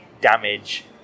damage